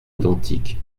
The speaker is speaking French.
identiques